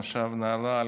מושב נהלל,